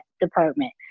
department